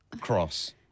cross